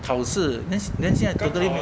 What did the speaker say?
考试那那下 totally 没有